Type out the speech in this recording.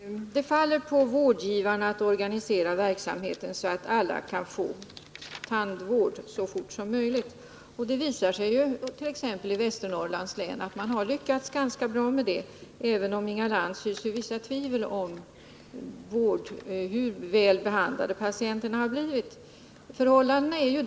Herr talman! Det faller på vårdgivarna att organisera verksamheten så att alla kan få tandvård så fort som möjligt. Det visar sig, t.ex. i Västernorrlands län, att man lyckats ganska bra med det, även om Inga Lantz hyser vissa tvivel om hur väl behandlade patienterna blivit.